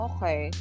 Okay